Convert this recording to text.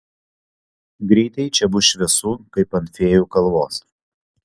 greitai čia bus šviesu kaip ant fėjų kalvos